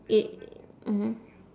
i~ mmhmm